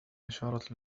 اشارة